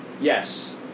Yes